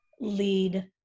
lead